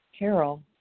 Carol